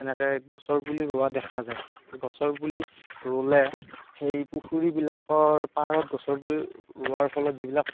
এনেকৈ গছৰ পুলি ৰোৱা দেখা যায় গছৰ পুলি ৰুলে সেই পুখুৰিবিলাকৰ পাৰত গছৰ পুলি ৰুৱাৰ ফলত যিবিলাক